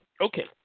okay